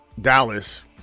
Dallas